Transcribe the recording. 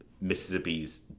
Mississippi's